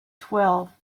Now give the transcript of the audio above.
twelve